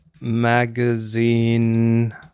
magazine